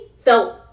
felt